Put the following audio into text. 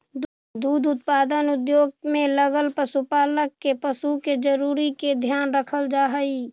दुग्ध उत्पादन उद्योग में लगल पशुपालक के पशु के जरूरी के ध्यान रखल जा हई